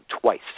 twice